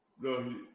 No